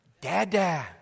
Dada